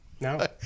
No